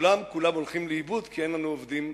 שכולם כולם הולכים לאיבוד כי אין לנו עובדים,